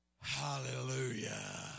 Hallelujah